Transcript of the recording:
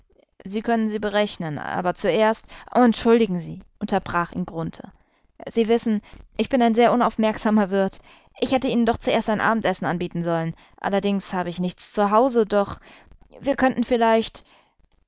sie können sie berechnen aber zuerst oh entschuldigen sie unterbrach ihn grunthe sie wissen ich bin ein sehr unaufmerksamer wirt ich hätte ihnen doch zuerst ein abendessen anbieten sollen allerdings habe ich nichts zu hause doch wir könnten vielleicht